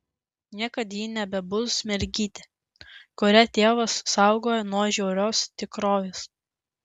niekad ji nebebus mergytė kurią tėvas saugojo nuo žiaurios tikrovės